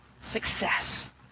success